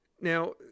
Now